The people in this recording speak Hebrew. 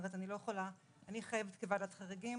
אני חייבת כוועדת חריגים